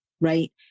right